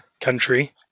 country